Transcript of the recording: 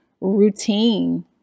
routine